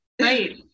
Right